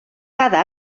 cada